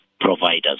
providers